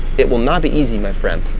it will not be easy, my friend,